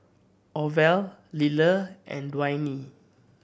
Orvel Liller and Dwaine